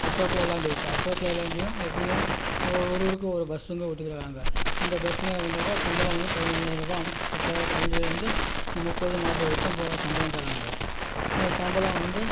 அசோக் லேலாண்ட் அசோக் லேலாண்ட்லேயும் எப்படியும் ஒரு ஒரு ஊருக்கு ஒரு ஒரு பஸ் வந்து விட்டுக்கறாங்க அந்த பஸ்ஸில் வந்தாக்க சம்பளம் வந்து பதினஞ்சாயிரம் ருபா அம் முப்ப பதினஞ்சிலேருந்து முப்பது நாற்பது வரைக்கும் போகும் சம்பளம் தராங்க அந்த சம்பளம் வந்து